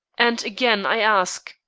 and again i ask,